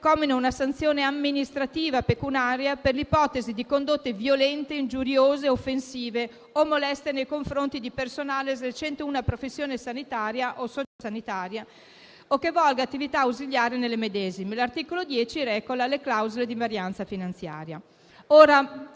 una sanzione amministrativa pecuniaria per l'ipotesi di condotte violente, ingiuriose, offensive o moleste nei confronti di personale esercente una professione sanitaria o sociosanitaria o che svolga attività ausiliarie delle medesime. L'articolo 10 reca le clausole di invarianza finanziaria.